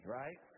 right